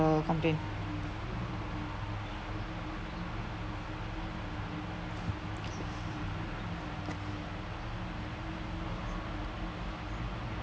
complaint